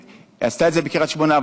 עשתה את זה בקריית שמונה,